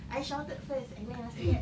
I shouted first and then after that